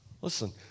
listen